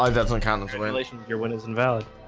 um that's one kind of consolation. your win is invalid.